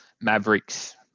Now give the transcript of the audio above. Mavericks